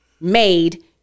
made